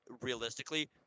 realistically